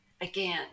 Again